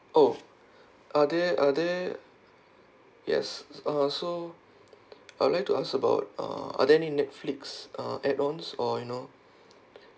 oh are there are there yes uh so I would like to ask about uh are there any netflix uh add ons or you know